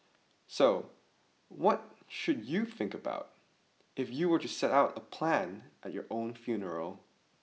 so what should you think about if you were to set out and plan at your own funeral